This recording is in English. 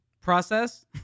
process